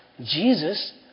Jesus